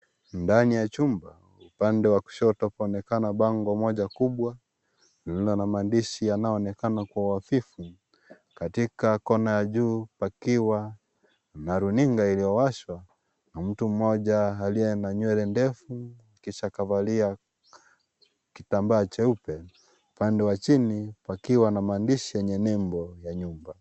Ndani ya chumba , upande wa kushoto panaonekana bango moja kubwa lililo na maandishi yanayoonekana kwa uhafifu katika kona ya juu pakiwa na runinga iliyowashwa na mtu mmoja aliyena nywele ndefu kisha kavalia kitambaa cheupe upande wa chini pakiwa na maandishi yenye nembo ya nyumba.